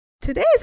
Today's